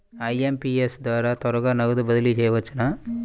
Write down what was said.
IMPS ద్వారా త్వరగా నగదు బదిలీ చేయవచ్చునా?